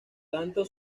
tanto